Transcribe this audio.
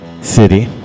city